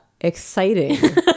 Exciting